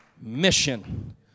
mission